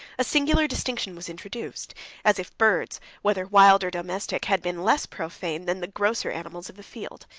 a singular distinction was introduced as if birds, whether wild or domestic, had been less profane than the grosser animals of the field.